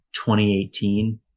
2018